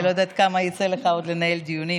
אני לא יודעת כמה יצא לך עוד לנהל דיונים,